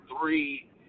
three